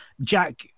Jack